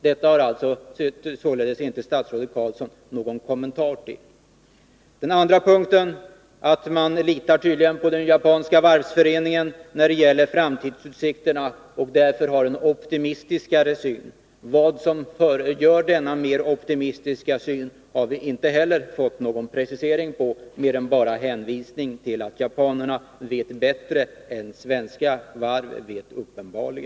Detta har således statsrådet Carlsson inte någon kommentar till. För det andra litar man tydligen på den japanska varvsföreningen när det gäller framtidsutsikterna, och därför har man en mera optimistisk syn. Vad som gör denna optimistiska syn har vi inte heller fått någon precisering av, bara en hänvisning till att japanerna uppenbarligen vet bättre än Svenska Varv.